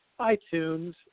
iTunes